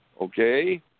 okay